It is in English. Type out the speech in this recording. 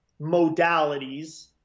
modalities